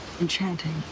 enchanting